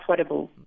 affordable